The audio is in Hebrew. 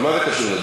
מה זה קשור?